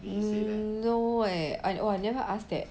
mm no eh I oh I never ask that